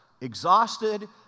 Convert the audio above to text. exhausted